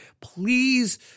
Please